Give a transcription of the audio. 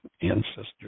ancestors